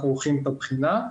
אנחנו עורכים את הבחינה,